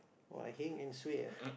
!wah! heng and suay ah